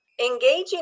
engaging